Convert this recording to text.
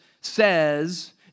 says